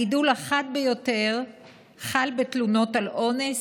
הגידול החד ביותר חל בתלונות על אונס,